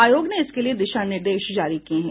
आयोग ने इसके लिए दिशा निर्देश जारी किये हैं